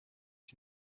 you